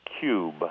Cube